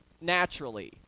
naturally